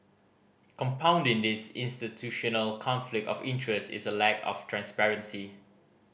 compounding this institutional conflict of interest is a lack of transparency